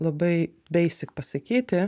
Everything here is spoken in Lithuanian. labai beisik pasakyti